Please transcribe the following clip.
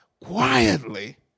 quietly